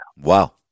Wow